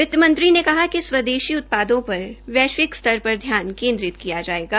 वित्तमंत्री ने कहा कि स्वदेशी उत्पादों पर वैश्विक स्तर तक ध्यान केन्द्रित किया जायेगा